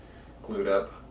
glued up.